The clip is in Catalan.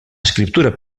escriptura